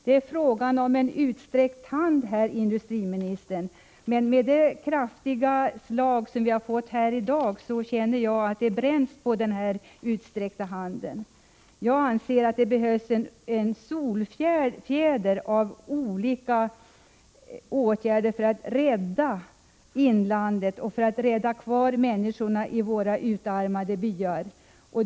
Det är här fråga om en utsträckt hand, industriministern, men i = 1 april 1986 och med det kraftiga slag som vi har fått här i dag känner jag att det bränns på OMHIkA den utsträckta handen. Jag anser att det behövs en solfjäder av olika åtgärder Gö et dT or för att rädda inlandet och för att få människorna att stanna kvar i våra KEaIeTe poltiskkommission utarmade byar.